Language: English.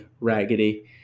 raggedy